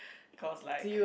cause like